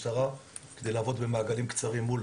כדי לעבוד במעגלים קצרים מול